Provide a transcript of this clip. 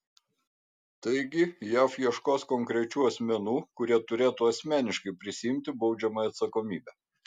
taigi jav ieškos konkrečių asmenų kurie turėtų asmeniškai prisiimti baudžiamąją atsakomybę